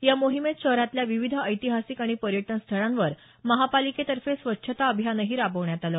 या मोहीमेत शहरातल्या विविध ऐतिहासिक आणि पर्यटन स्थळांवर महापालिकेतर्फे स्वच्छता अभियानही राबवण्यात आलं